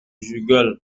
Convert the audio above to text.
gueule